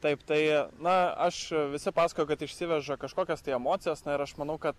taip tai na aš visi pasakojo kad išsiveža kažkokios tai emocijos na ir aš manau kad